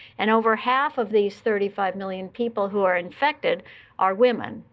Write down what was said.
and over half of these thirty five million people who are infected are women.